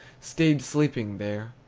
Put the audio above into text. staid sleeping there.